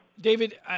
David